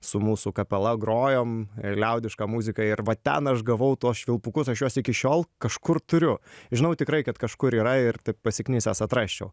su mūsų kapela grojom liaudišką muziką ir va ten aš gavau tuos švilpukus aš juos iki šiol kažkur turiu žinau tikrai kad kažkur yra ir pasiknisęs atrasčiau